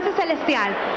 celestial